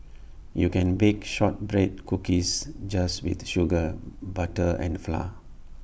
you can bake Shortbread Cookies just with sugar butter and flour